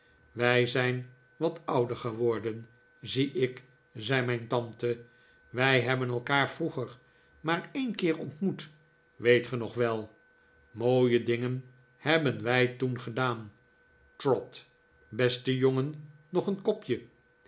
wij zijn wat ouder geworden zie ik zei mijn tante wij hebben elkaar vroeger maar een keer ontmoet weet ge nog wel mooie dingen hebben wij toen gedaan trot beste jongen nog een kopje